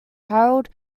harold